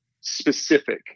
specific